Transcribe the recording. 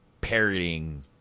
parroting